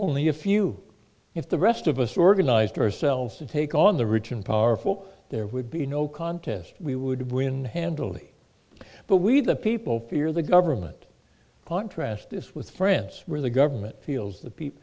only a few if the rest of us organized ourselves to take on the rich and powerful there would be no contest we would win handily but we the people fear the government contrast this with friends where the government feels th